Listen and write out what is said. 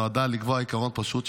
נועדה לקבוע עיקרון פשוט,